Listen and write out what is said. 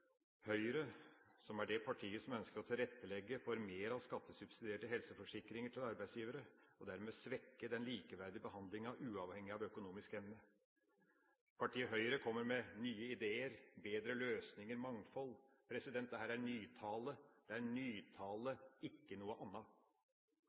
det partiet som ønsker å tilrettelegge for mer skattesubsidierte helseforsikringer for arbeidsgivere, og dermed svekke den likeverdige behandlinga uavhengig av økonomisk evne. Partiet Høyre kommer med nye ideer, bedre løsninger, mangfold. Dette er nytale, ikke noe annet. Den rød-grønne regjeringa satser på det